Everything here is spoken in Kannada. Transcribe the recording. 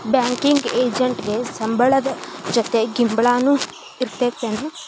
ಬ್ಯಾಂಕಿಂಗ್ ಎಜೆಂಟಿಗೆ ಸಂಬ್ಳದ್ ಜೊತಿ ಗಿಂಬ್ಳಾನು ಇರ್ತದೇನ್?